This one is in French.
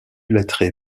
lettré